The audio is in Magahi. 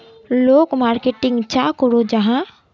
लोग मार्केटिंग चाँ करो जाहा?